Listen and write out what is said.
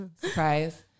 Surprise